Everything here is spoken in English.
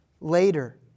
later